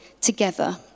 together